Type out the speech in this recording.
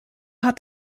hat